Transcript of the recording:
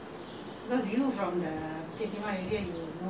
rambutan trees we also can't find rambutan tree is from the kampung